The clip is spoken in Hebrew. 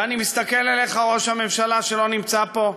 ואני מסתכל אליך, ראש הממשלה, שלא נמצא פה,